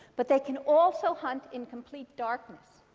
but they can also hunt in complete darkness.